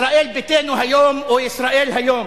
ישראל ביתנו היום או ישראל היום,